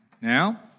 Now